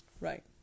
Right